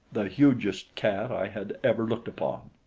the hugest cat i had ever looked upon.